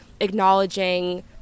acknowledging